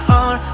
on